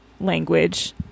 language